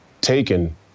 taken